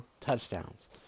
touchdowns